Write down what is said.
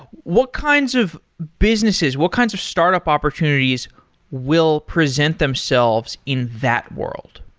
what kinds of businesses? what kinds of startup opportunities will present themselves in that world?